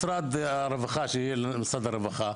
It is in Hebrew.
משרד הרווחה שיהיה למשרד הרווחה.